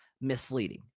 misleading